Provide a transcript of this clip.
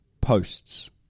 posts